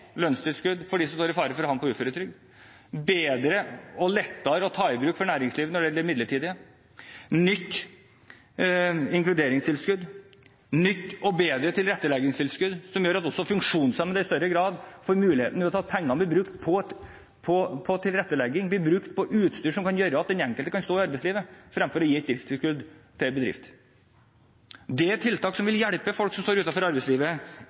lønnstilskudd for dem som står i fare for å havne på uføretrygd. Det er bedre og lettere å ta i bruk for næringslivet når det gjelder det midlertidige. Vi foreslår et nytt inkluderingstilskudd og et nytt og bedre tilretteleggingstilskudd som gjør at funksjonshemmede i større grad får muligheter ved at pengene blir brukt på tilrettelegging og utstyr som gjør at den enkelte kan stå i arbeidslivet, fremfor å gi et driftstilskudd til en bedrift. Det er tiltak som vil hjelpe folk som står utenfor arbeidslivet,